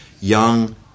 young